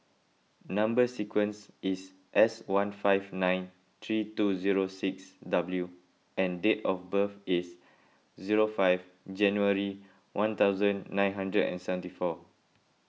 Number Sequence is S one five nine three two zero six W and date of birth is zero five January one thousand nine hundred and seventy four